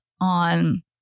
on